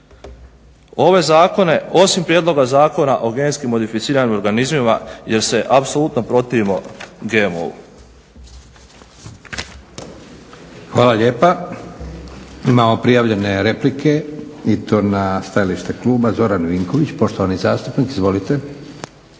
ove zakone osim Prijedloga zakona o genetski modificiranim organizmima jer se apsolutno protivimo GMO-u.